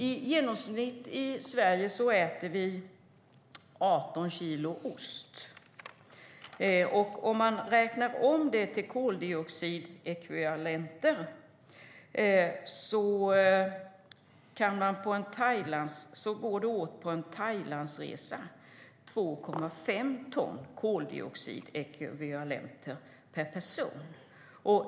I genomsnitt äter vi i Sverige 18 kilo ost per person och år. På en Thailandsresa går det åt 2,5 ton koldioxidekvivalenter per person.